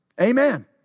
Amen